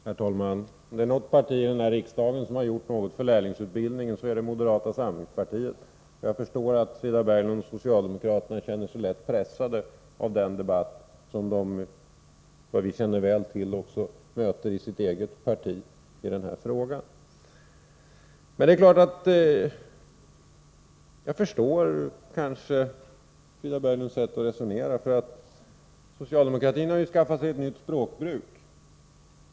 Herr talman! Om det är något parti i den här riksdagen som har gjort något för lärlingsutbildningen så är det moderata samlingspartiet. Jag förstår att Frida Berglund och socialdemokraterna känner sig lätt pressade av den debatt som de, vilket vi känner väl till, möter också i sitt eget parti i denna fråga. Jag kan förstå Frida Berglunds sätt att resonera. Socialdemokratin har ju skaffat sig ett nytt språkbruk.